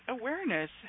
awareness